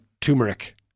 Turmeric